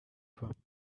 from